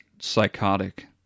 psychotic